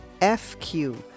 FQ